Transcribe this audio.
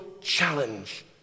challenge